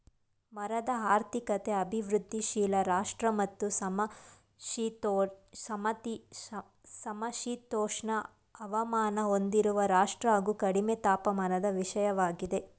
ಮರದ ಆರ್ಥಿಕತೆ ಅಭಿವೃದ್ಧಿಶೀಲ ರಾಷ್ಟ್ರ ಮತ್ತು ಸಮಶೀತೋಷ್ಣ ಹವಾಮಾನ ಹೊಂದಿರುವ ರಾಷ್ಟ್ರ ಹಾಗು ಕಡಿಮೆ ತಾಪಮಾನದ ವಿಷಯವಾಗಿದೆ